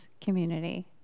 community